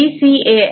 पहलेACG हैं